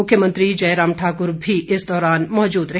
मुख्यमंत्री जयराम ठाकुर भी इस दौरान मौजूद रहे